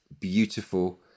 beautiful